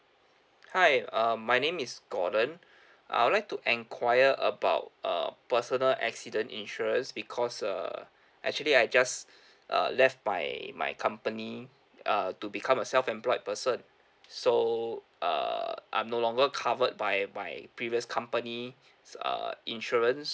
hi um my name is gordon I would like to enquire about uh personal accident insurance because err actually I just uh left my my company uh to become a self-employed person so err I'm no longer covered by by previous company's err insurance